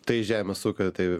tai žemės ūkio tai